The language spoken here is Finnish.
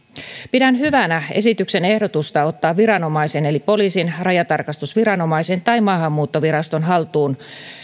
pidän hyvänä esityksen ehdotusta ottaa viranomaisen eli poliisin rajatarkastusviranomaisen tai maahanmuuttoviraston haltuun